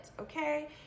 okay